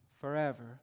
forever